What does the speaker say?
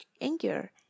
anger